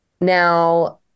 Now